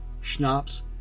schnapps